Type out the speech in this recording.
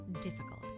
difficult